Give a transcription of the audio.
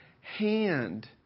hand